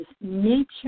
nature